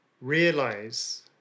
realize